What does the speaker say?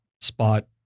spot